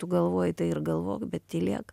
tu galvoji tai ir galvok bet tylėk